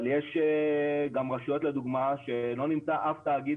אבל יש גם רשויות לדוגמא שלא נמצא אף תאגיד